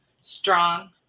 Strong